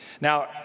Now